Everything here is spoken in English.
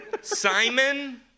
Simon